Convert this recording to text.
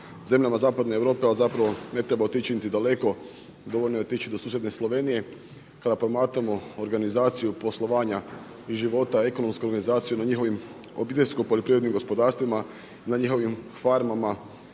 zemljama zapadne Europe a zapravo ne treba otići niti daleko, dovoljno je otići do susjedne Slovenije. Kada promatramo organizaciju poslovanja i života, ekonomsku organizaciju na njihovim obiteljsko poljoprivrednim gospodarstvima na njihovim farmama.